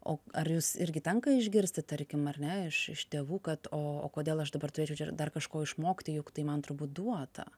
o ar jūs irgi tenka išgirsti tarkim ar ne iš iš tėvų o kodėl aš dabar turiu ir dar kažko išmokti juk tai man turbūt duota